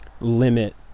limit